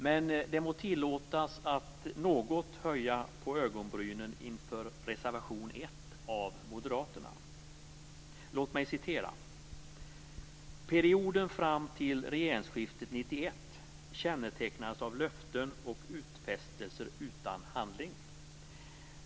Men det må tillåtas mig att något höja på ögonbrynen inför reservation 1 från Moderaterna. Låt mig citera: "Perioden fram till regeringsskiftet 1991 kännetecknades av löften och utfästelser utan handling.